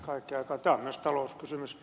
tämä on myös talouskysymys